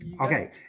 Okay